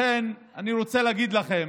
לכן אני רוצה להגיד לכם,